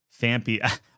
Fampy